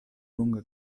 lunga